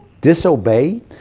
disobey